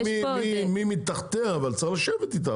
מי מתחתיה, אבל צריך לשבת איתם,